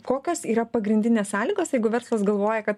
kokios yra pagrindinės sąlygos jeigu verslas galvoja kad